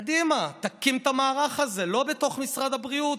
קדימה, תקים את המערך הזה, לא בתוך משרד הבריאות.